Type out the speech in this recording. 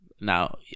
now